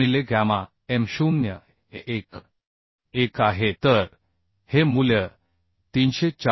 9 into A t n to F u by gamma m 1